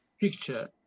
picture